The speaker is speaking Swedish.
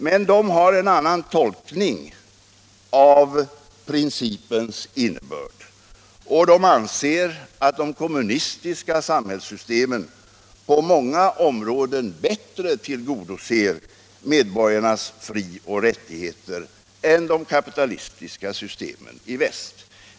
Men de har en annan tolkning av principens innebörd, och de anser att de kommunistiska samhällssystemen på många områden bättre tillgodoser medborgarnas frioch rättigheter än de kapitalistiska systemen i väst.